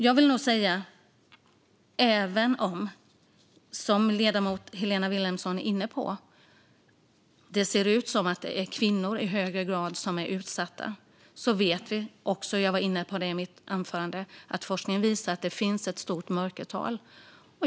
Jag vill nog säga att även om det, som ledamoten Helena Vilhelmsson är inne på, ser ut som att det i högre grad är kvinnor som är utsatta vet vi - jag var inne på detta i mitt anförande - att forskningen visar att det finns ett stort mörkertal.